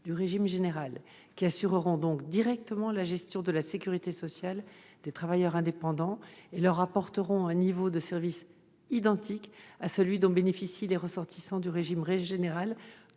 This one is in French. du régime général, qui assureront donc directement la gestion de la sécurité sociale des travailleurs indépendants et leur apporteront un niveau de service identique à celui dont bénéficient les ressortissants du régime général,